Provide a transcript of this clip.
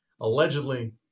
allegedly